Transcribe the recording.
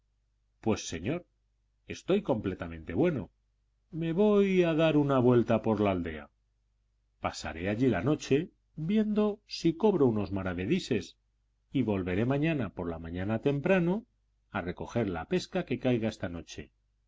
pues señor estoy completamente bueno me voy a dar una vuelta por la aldea pasaré allí la noche viendo si cobro unos maravedises y volveré mañana por la mañana temprano a recoger la pesca que caiga esta noche